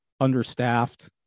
understaffed